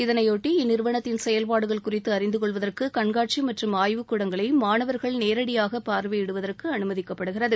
இதனையொட்டி இந்நிறுவனத்தின் செயல்பாடுகள் குறித்து அறிந்துகொள்வதற்கு கண்காட்சி மற்றும் ஆய்வுக் கூடங்களை மாணவர்கள் நேரடியாக பார்வையிடுவதற்கு அனுமதிக்கப்படுகிறது